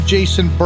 Jason